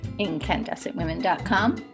incandescentwomen.com